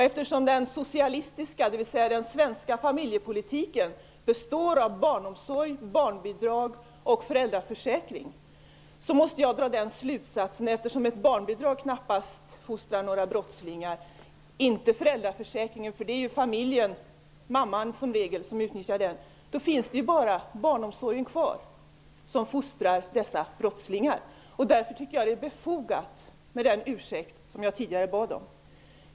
Eftersom den socialistiska, dvs. den svenska, familjepolitiken består av barnomsorg, barnbidrag och föräldraförsäkring måste jag dra den slutsatsen eftersom ett barnbidrag knappast fostrar några brottslingar. Föräldraförsäkringen gör det inte heller. Det är ju familjen, som regel mamman, som utnyttjar den. Då finns ju bara barnomsorgen kvar som fostrar dessa brottslingar. Därför tycker jag att det är befogat med den ursäkt som jag tidigare bad om.